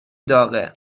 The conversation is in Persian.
داغه